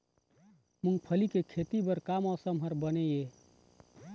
मूंगफली के खेती बर का मौसम हर बने ये?